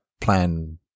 plan